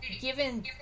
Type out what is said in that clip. given